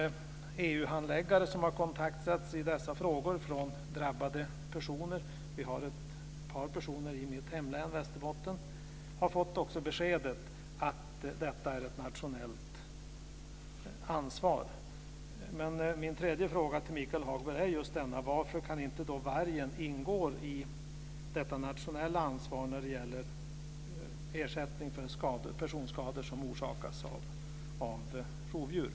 De handläggare som har kontaktats i dessa frågor av drabbade personer - vi har ett par personer i mitt hemlän Västerbotten - har gett beskedet att detta är ett nationellt ansvar. Min tredje fråga till Michael Hagberg är just denna: Varför kan inte vargen ingå i detta nationella ansvar när det gäller ersättning för personskador som orsakats av rovdjur?